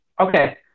Okay